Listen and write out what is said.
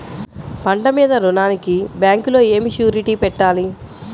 పంట మీద రుణానికి బ్యాంకులో ఏమి షూరిటీ పెట్టాలి?